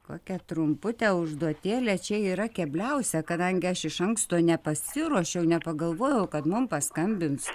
kokią trumputę užduotėlę čia yra kebliausia kadangi aš iš anksto nepasiruošiau nepagalvojau kad man paskambins